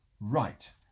Right